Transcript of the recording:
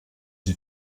sie